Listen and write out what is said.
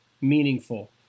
meaningful